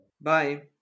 Bye